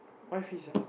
why fish ah